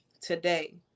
today